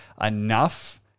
enough